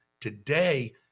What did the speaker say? today